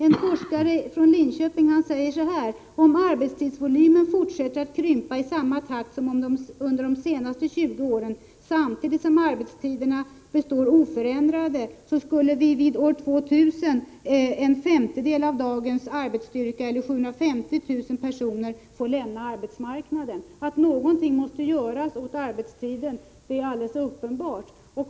En forskare i Linköping säger: Om arbetstidsvolymen fortsätter att krympa i samma takt som de senaste 20 åren samtidigt som arbetstiderna består oförändrade, så skulle vid år 2000 en femtedel av dagens arbetsstyrka eller 750 000 personer få lämna arbetsmarknaden. Att någonting måste göras åt arbetstiden är alldeles uppenbart.